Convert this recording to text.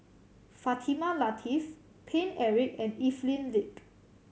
Fatimah Lateef Paine Eric and Evelyn Lip